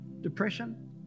depression